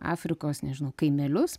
afrikos nežinau kaimelius